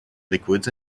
liquids